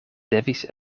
devis